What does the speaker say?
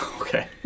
Okay